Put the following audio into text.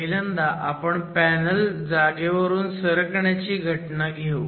पहिल्यांदा आपण पॅनल जागेवरून सरकण्याची घटना घेऊ